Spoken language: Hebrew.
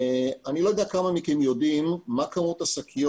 אני לא יודע כמה מכם יודעים מה כמות השקיות